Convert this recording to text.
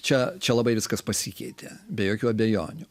čia čia labai viskas pasikeitė be jokių abejonių